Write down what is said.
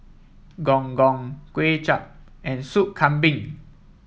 Gong Gong Kuay Chap and Soup Kambing